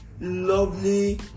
lovely